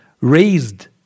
raised